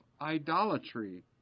idolatry